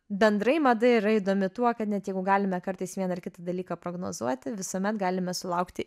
bendrai mada yra įdomi tuo kad net jeigu galime kartais vieną ar kitą dalyką prognozuoti visuomet galime sulaukti